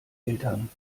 eltern